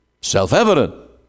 Self-evident